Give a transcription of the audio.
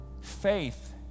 Faith